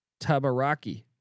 Tabaraki